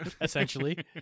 essentially